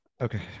okay